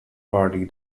party